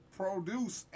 produce